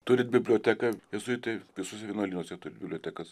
turit biblioteką jėzuitai visuose vienuolynuose jie turi bibliotekas